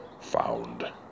found